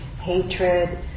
hatred